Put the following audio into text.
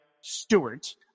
Stewart